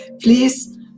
please